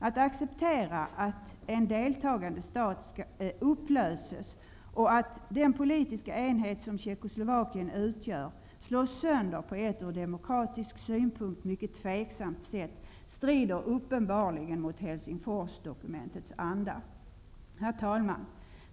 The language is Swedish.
Att acceptera att en deltagande stat upplöses och att den politiska enhet som Tjeckoslovakien utgör slås sönder på ett ur demokratisk synpunkt mycket tveksamt sätt, strider uppenbarligen mot Helsingforsdokumentets anda. Herr talman!